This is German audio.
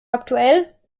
aktuell